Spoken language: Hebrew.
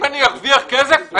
אם אני ארווח כסף,